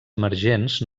emergents